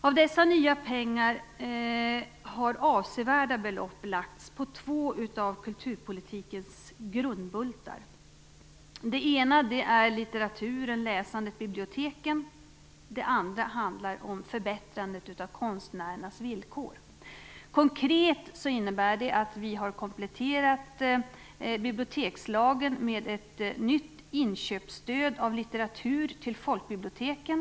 Av dessa nya pengar har avsevärda belopp lagts på två av kulturpolitikens grundbultar. Den ena är litteratur, läsande och bibliotek. Den andra handlar om förbättrande av konstnärernas villkor. Konkret innebär det att vi har kompletterat bibliotekslagen med ett nytt inköpsstöd för litteratur till folkbiblioteken.